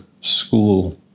school